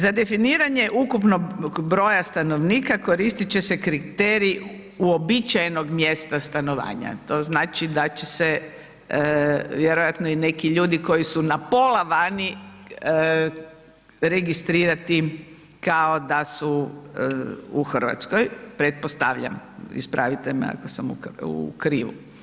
Za definiranje ukupnog broja stanovnika koristiti će se kriterij uobičajenog mjesta stanovanja, to znači da će se vjerojatno neki ljudi koji su na pola vani, registrirati kao da su u Hrvatskoj, pretpostavljam, ispravite me ako sam u krivu.